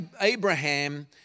Abraham